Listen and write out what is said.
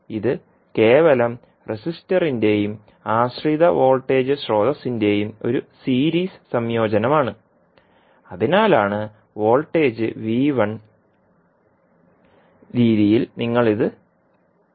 ഇത് കേവലം റെസിസ്റ്ററിന്റെയും ആശ്രിത വോൾട്ടേജ് സ്രോതസ്സിന്റെയും ഒരു സീരീസ് സംയോജനമാണ് അതിനാലാണ് വോൾട്ടേജ് രീതിയിൽ നിങ്ങൾ ഇത് നിർവചിക്കുന്നത്